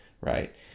Right